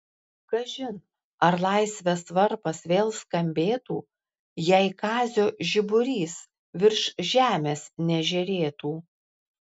kažin ar laisvės varpas vėl skambėtų jei kazio žiburys virš žemės nežėrėtų